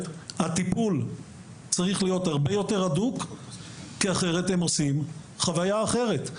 הטיפול צריך להיות הרבה יותר הדוק כי אחרת הם עושים חוויה אחרת,